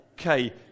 Okay